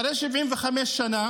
אחרי 75 שנה,